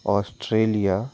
Australia